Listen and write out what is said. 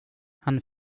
han